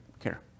care